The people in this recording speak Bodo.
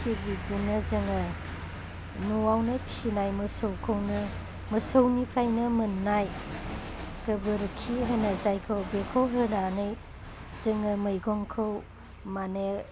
थिक बिबदिनो जोङो न'आवनो फिनाय मोसौखौनो मोसौनिफ्राइनो मोन्नाय गोबोरखि होनो जायखौ बेखौ होनानै जोङो मैगंखौ मानि